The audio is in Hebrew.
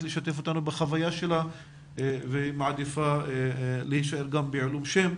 לשתף אותנו בחוויה שלה והיא מעדיפה להישאר בעילום שם.